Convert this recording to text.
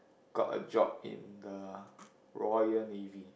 got a job in the Royal Navy